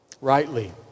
Rightly